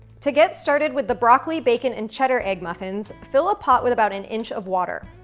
to get started with the broccoli, bacon, and cheddar egg muffins, fill a pot with about an inch of water.